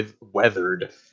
weathered